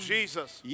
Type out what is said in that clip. Jesus